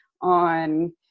on